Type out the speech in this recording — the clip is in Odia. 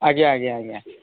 ଆଜ୍ଞା ଆଜ୍ଞା ଆଜ୍ଞା